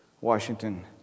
Washington